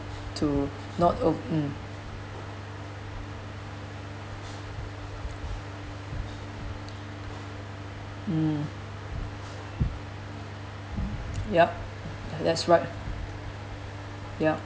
to not o~ um um yup that's right yup